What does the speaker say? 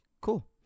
Cool